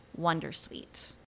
wondersuite